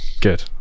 Good